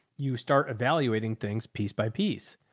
you start evaluating things piece by piece.